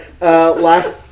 last